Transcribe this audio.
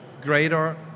greater